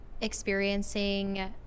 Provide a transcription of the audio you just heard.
experiencing